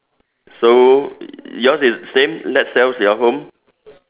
so yours is same let's sell your home